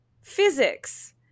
physics